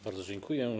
Bardzo dziękuję.